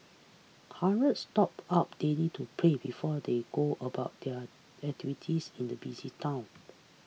hundreds stop up daily to pray before they go about their activities in the busy town